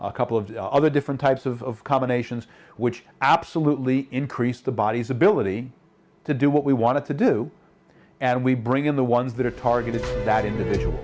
a couple of other different types of combinations which absolutely increase the body's ability to do what we wanted to do and we bring in the ones that are targeted to that individual